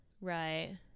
Right